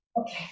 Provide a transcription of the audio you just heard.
Okay